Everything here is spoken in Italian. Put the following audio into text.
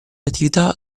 attività